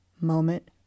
moment